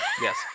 yes